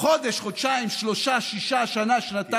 תהיה להקים משרד ממשלתי